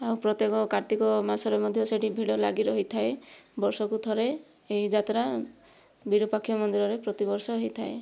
ଆଉ ପ୍ରତ୍ୟକ କାର୍ତିକ ମାସରେ ମଧ୍ୟ ସେଇଠି ଭିଡ଼ ଲାଗି ରହିଥାଏ ବର୍ଷକୁ ଥରେ ଏହି ଯାତ୍ରା ବିରୁପାକ୍ଷ ମନ୍ଦିରରେ ପ୍ରତିବର୍ଷ ହୋଇଥାଏ